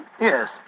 Yes